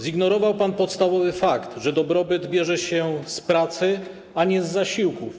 Zignorował pan podstawowy fakt, że dobrobyt bierze się z pracy, a nie z zasiłków.